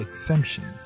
exemptions